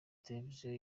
televiziyo